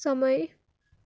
समय